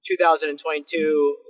2022